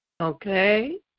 okay